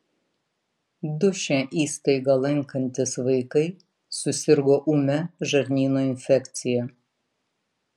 du šią įstaigą lankantys vaikai susirgo ūmia žarnyno infekcija